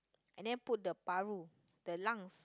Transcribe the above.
and then put the paru the lungs